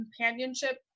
companionship